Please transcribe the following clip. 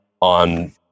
on